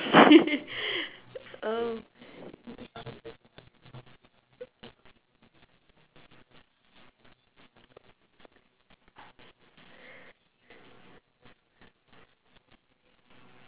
oh